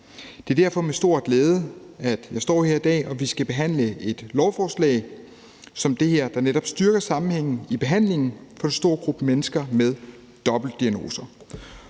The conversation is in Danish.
Det er derfor med stor glæde, at jeg står her i dag, hvor vi skal behandle et lovforslag som det her, der netop styrker sammenhængen i behandlingen for en stor gruppe mennesker med dobbeltdiagnoser.